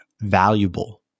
valuable